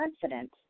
confident